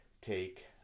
take